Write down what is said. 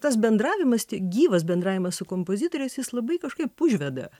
tas bendravimas tai gyvas bendravimas su kompozitoriais jis labai kažkaip užveda